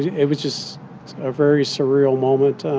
it was just a very surreal moment. ah